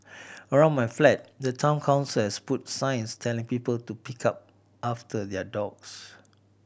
around my flat the Town Council has put signs telling people to pick up after their dogs